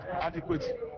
adequate